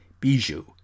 Bijou